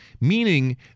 Meaning